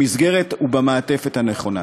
במסגרת הנכונה ובמעטפת הנכונה.